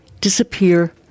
disappear